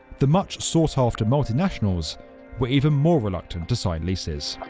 the much sought-after multinationals were even more reluctant to sign leases.